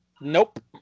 Nope